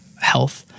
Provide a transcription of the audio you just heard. health